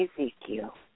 Ezekiel